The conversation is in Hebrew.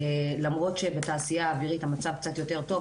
למרות שבתעשייה האווירית המצב קצת יותר טוב.